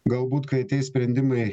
galbūt kai tie sprendimai